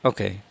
Okay